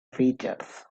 features